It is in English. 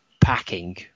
packing